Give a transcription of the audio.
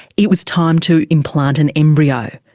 it was time to implant an embryo.